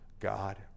God